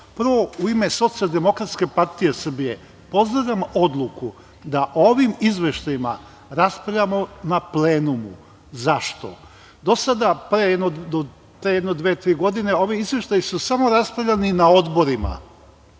u ime Socijademokratske partije Srbije pozdravljam odluku da o ovim izveštajima raspravljamo na plenumu. Zašto? Do sada, do pre jedno dve, tri godine, ovi izveštaji su samo raspravljani na odborima.